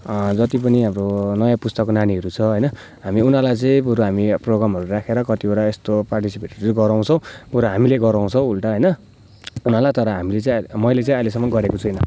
जति पनि अब नयाँ पुस्ताको नानीहरू छ होइन हामी उनीहरूलाई होइन बरु हामी प्रोगामहरू राखेर कतिवटा यस्तो पार्टिसिपेटहरू गराउँछौँ बरु हामीले गराउँछौँ उल्टा होइन उनीहरूलाई तर हामीले चाहिँ मैले चाहिँ अहिलेसम्म गरेको छुइनँ